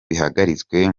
bihagaritswe